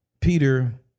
Peter